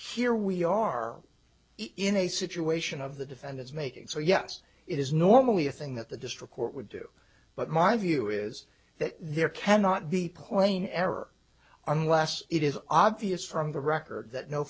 here we are in a situation of the defendants making so yes it is normally a thing that the district court would do but my view is that there cannot be plain error unless it is obvious from the record that no